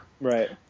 Right